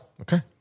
Okay